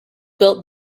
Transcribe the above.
built